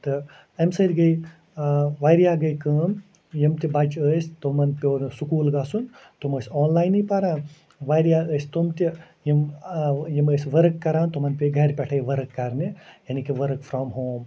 تہٕ اَمہِ سۭتۍ گٔے وارِیاہ گٔے کٲم یِم تہِ بچہٕ ٲسۍ تِمن پیوٚو نہٕ سُکوٗل گَژھُن تِم ٲسۍ آن لایَنٕے پَران وارِیاہ ٲسۍ تِم تہِ یِم یِم ٲسۍ ؤرٕک کَران تِمن پے گَرِ پٮ۪ٹھے ؤرٕک کَرنہِ یعنی کہِ ؤرٕک فرٛام ہوم